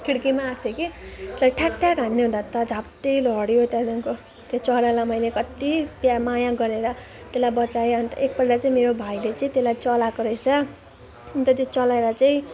खिड्कीमा आएको थिएँ कि त्यसलाई ठ्याक्ठ्याक् हान्ने हुँदा त झ्याप्पै लड्यो त्यहाँदेखिको त्यो चरालाई मैले कति प्या माया गरेर त्यसलाई बचाएँ अन्त एकपल्ट चाहिँ मेरो भाइले चाहिँ त्यसलाई चलाएको रहेछ अन्त त्यो चलाएर चाहिँ